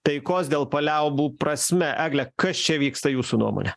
taikos dėl paliaubų prasme egle kas čia vyksta jūsų nuomone